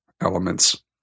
elements